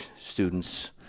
students